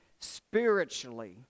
spiritually